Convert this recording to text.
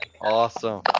Awesome